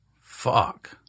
Fuck